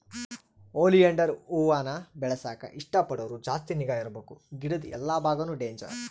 oleander ಹೂವಾನ ಬೆಳೆಸಾಕ ಇಷ್ಟ ಪಡೋರು ಜಾಸ್ತಿ ನಿಗಾ ಇರ್ಬಕು ಗಿಡುದ್ ಎಲ್ಲಾ ಬಾಗಾನು ಡೇಂಜರ್